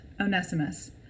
Onesimus